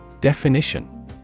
Definition